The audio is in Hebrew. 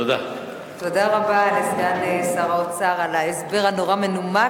תודה רבה לסגן שר האוצר על ההסבר הנורא מנומק.